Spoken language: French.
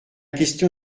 question